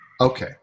Okay